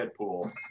Deadpool